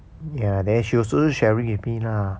ya then she also sharing with me lah